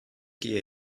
gehe